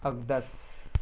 ابدس